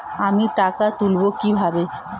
আমি টাকা তুলবো কি ভাবে?